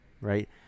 right